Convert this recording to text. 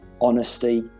honesty